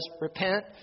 repent